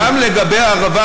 גם לגבי הערבה,